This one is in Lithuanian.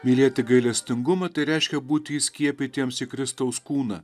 mylėti gailestingumą tai reiškia būti įskiepytiems į kristaus kūną